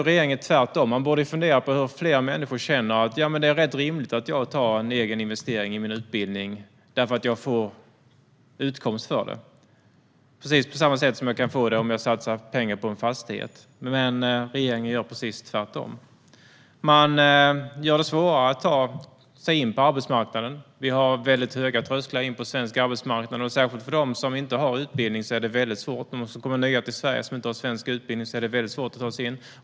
Regeringen borde fundera på hur man kan få fler människor att tänka att det är rimligt att investera i utbildning eftersom det ger en utkomst, precis på samma sätt som man kan få en utkomst om man satsar pengar i en fastighet. Men regeringen gör precis tvärtom. Man gör det svårare för människor att ta sig in på arbetsmarknaden. Vi har höga trösklar in till svensk arbetsmarknad. För dem som kommer nya till Sverige och saknar svensk utbildning är det särskilt svårt att ta sig in.